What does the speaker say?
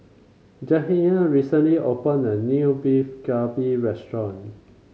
Jaheim recently opened a new Beef Galbi restaurant